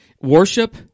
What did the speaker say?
worship